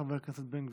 חבר הכנסת בן גביר.